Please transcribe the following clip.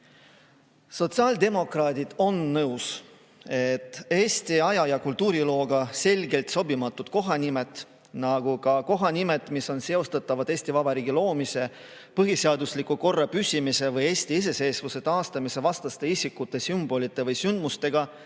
Sotsiaaldemokraadid on nõus, et Eesti aja- ja kultuurilooga selgelt sobimatud kohanimed, nagu kohanimed, mis on seostatavad Eesti Vabariigi loomise, põhiseadusliku korra püsimise või Eesti iseseisvuse taastamise vastaste isikute, sümbolite või sündmustega,